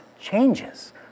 changes